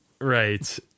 Right